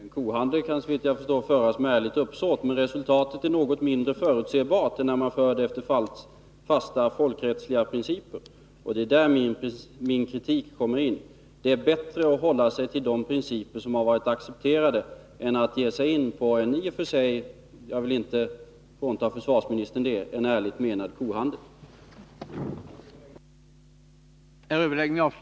Herr talman! Även kohandel kan såvitt jag förstår föras med ärligt uppsåt. Men resultatet är något mindre förutsebart än när man förhandlar efter fasta folkrättsliga principer. Och det är här min kritik kommer in: Det är bättre att hålla sig till de principer som varit accepterade än att ge sig in på en i och för sig — jag vill inte frånta försvarsministern det — ärligt menad kohandel.